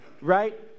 right